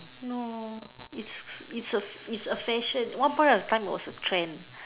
no it's it's it's a fashion one point of time it's a trend